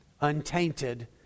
untainted